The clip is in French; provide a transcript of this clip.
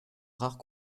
rares